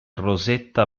rosetta